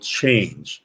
change